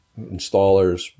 installers